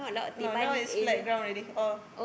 no now is flat ground already all